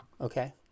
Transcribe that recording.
okay